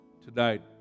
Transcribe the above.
tonight